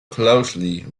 closely